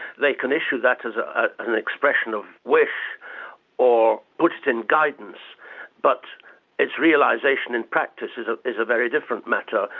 they can issue that as ah ah an expression of wish or put it in guidance but its realisation in practice is ah is a very different matter.